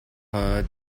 her